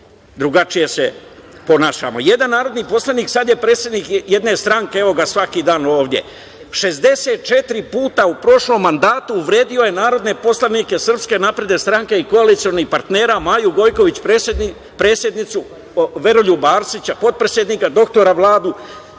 drugačije se ponašamo. Jedan narodni poslanik je sada predsednik jedne stranke, evo ga svaki dan ovde, 64 puta u prošlom mandatu uvredio je narodne poslanike SNS i koalicione partnere, Maju Gojković predsednicu, Veroljuba Arsića, potpredsednika, doktora Vladu